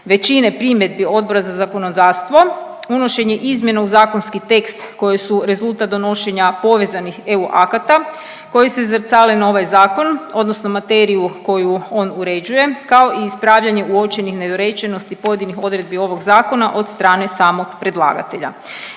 većine primjedbi Odbora za zakonodavstvo, unošenje izmjene u zakonski tekst koji su rezultat donošenja povezanih EU akata koji se zrcale na ovaj zakon odnosno materiju koju on uređuje, kao i ispravljanje uočenih nedorečenosti pojedinih odredbi ovog zakona od strane samog predlagatelja.